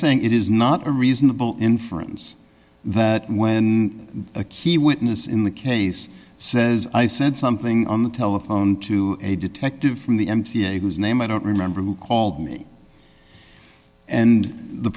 saying it is not a reasonable inference that when a key witness in the case says i said something on the telephone to a detective from the m t a whose name i don't remember who called me and the